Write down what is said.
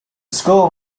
school